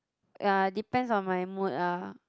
ya depends on my mood ah